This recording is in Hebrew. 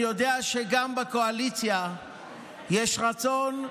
אני יודע שגם בקואליציה יש רצון,